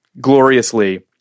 Gloriously